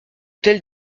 telle